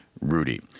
RUDY